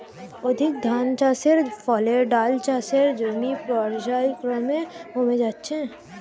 অধিক ধানচাষের ফলে ডাল চাষের জমি পর্যায়ক্রমে কমে যাচ্ছে